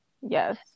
Yes